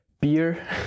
beer